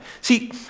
See